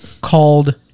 called